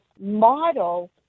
model